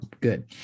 good